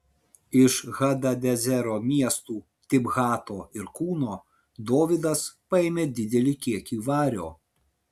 iš hadadezero miestų tibhato ir kūno dovydas paėmė didelį kiekį vario